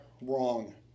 wrong